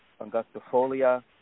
angustifolia